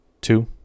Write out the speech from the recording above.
two